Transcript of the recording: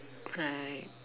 right